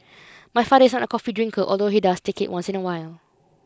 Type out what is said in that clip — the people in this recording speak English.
my father is an coffee drinker although he does take it once in a while